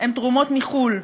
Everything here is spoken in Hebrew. הן תרומות מחו"ל,